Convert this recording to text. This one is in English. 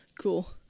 Cool